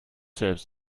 selbst